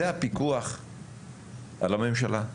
זה הפיקוח על הממשלה.